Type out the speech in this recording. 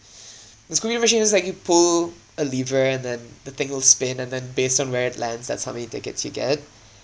the scooby doo machine is like you pull a lever and then the thing will spin and then based on where it lands that's how many tickets you get